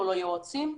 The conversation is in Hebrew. לא ליועצים,